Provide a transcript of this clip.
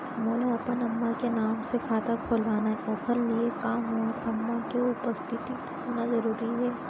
मोला अपन अम्मा के नाम से खाता खोलवाना हे ओखर लिए का मोर अम्मा के उपस्थित होना जरूरी हे?